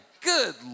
Good